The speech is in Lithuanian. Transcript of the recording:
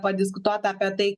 padiskutuot apie tai